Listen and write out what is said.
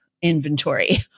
inventory